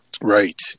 Right